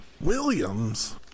Williams